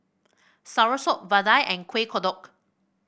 soursop vadai and Kuih Kodok